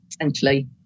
essentially